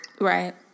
Right